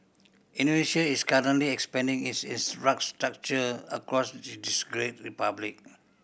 Indonesia is currently expanding its infrastructure across this great republic